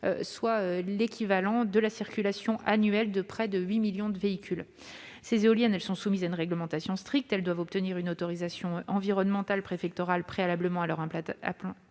soit l'équivalent de la circulation annuelle de près de 8 millions de véhicules. Ces éoliennes sont soumises à une réglementation stricte : elles doivent obtenir une autorisation environnementale préfectorale préalablement à leur implantation,